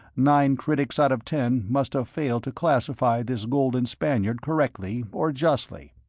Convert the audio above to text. nine critics out of ten must have failed to classify this golden spaniard correctly or justly.